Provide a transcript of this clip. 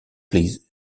please